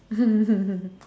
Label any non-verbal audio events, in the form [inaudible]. [laughs]